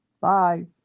Bye